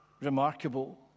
remarkable